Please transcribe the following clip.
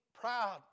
proud